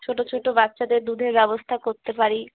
ছোটো ছোটো বাচ্চাদের দুধের ব্যবস্থা করতে পারি